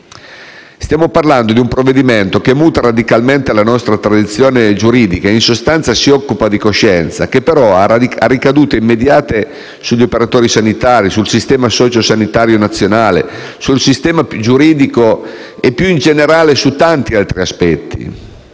Stiamo parlando di un provvedimento che muta radicalmente la nostra tradizione giuridica e, in sostanza, si occupa di coscienza, che però ha ricadute immediate sugli operatori sanitari, sul Sistema sanitario nazionale, sul sistema giuridico e, più in generale, su tanti altri aspetti.